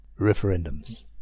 Referendums